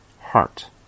heart